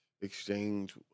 exchange